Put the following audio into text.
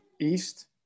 East